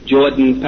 Jordan